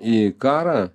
į karą